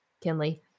kinley